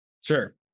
Sure